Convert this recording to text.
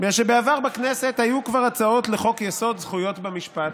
בעבר היו כבר בכנסת הצעות לחוק-יסוד: זכויות במשפט,